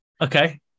okay